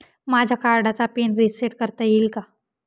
माझ्या कार्डचा pin reset करता येईल का?